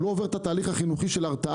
הוא לא עובר את התהליך החינוכי של הרתעה,